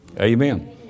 Amen